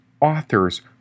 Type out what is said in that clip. authors